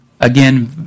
again